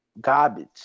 garbage